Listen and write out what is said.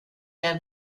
der